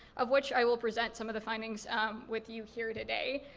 of which i will present some of the findings with you here today.